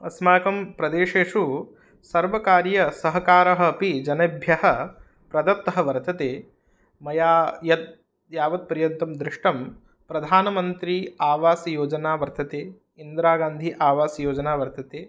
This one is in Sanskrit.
अस्माकं प्रदेशेषु सर्वकारीय सहकारः अपि जनेभ्यः प्रदत्तः वर्तते मया यत् यावत्पर्यन्तं दृष्टं प्रधानमन्त्री आवास्योजना वर्तते इर्द्रागान्धि आवासयोजना योजना वर्तते